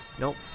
Nope